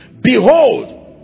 Behold